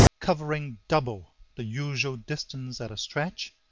covering double the usual distance at a stretch,